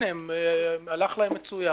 הנה, הלך להם מצוין.